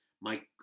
Mike